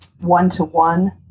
one-to-one